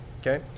Okay